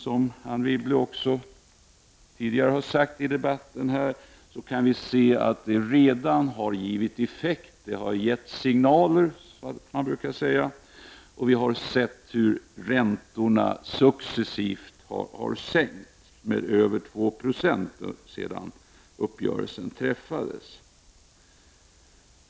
Som Anne Wibble tidigare sade i debatten kan vi se att denna överenskommelse redan har givit effekt, bl.a. i form av successiva räntesänkningar med över 2 70 sedan uppgörelsen träffades.